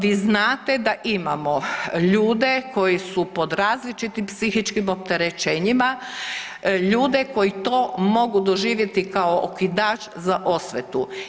Vi znate da imamo ljude koji su pod različitim psihičkim opterećenjima, ljude koji to mogu doživjeti kao okidač za osvetu.